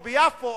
או ביפו,